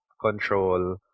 control